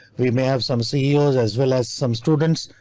we may have some ceo's as well as some students,